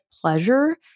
pleasure